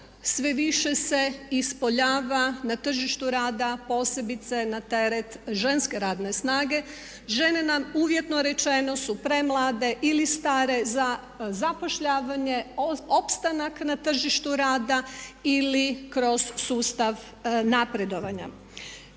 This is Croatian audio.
sve više se ispoljava na tržištu rada posebice na teret ženske radne snage. Žene nam uvjetno rečeno su premlade ili stare za zapošljavanje, opstanak na tržištu rada ili kroz sustav napredovanja.